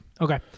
Okay